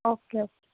okay